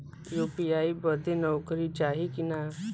UPI बदे नौकरी चाही की ना?